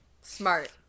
Smart